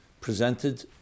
presented